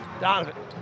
Donovan